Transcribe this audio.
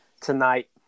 tonight